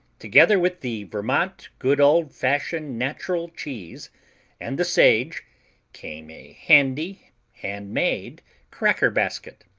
together with the vermont good old-fashioned natural cheese and the sage came a handy handmade cracker basket,